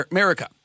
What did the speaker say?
America